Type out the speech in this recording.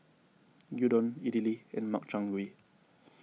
Gyudon Idili and Makchang Gui